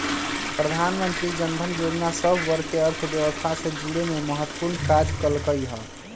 प्रधानमंत्री जनधन जोजना सभ वर्गके अर्थव्यवस्था से जुरेमें महत्वपूर्ण काज कल्कइ ह